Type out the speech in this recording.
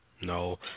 No